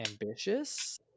ambitious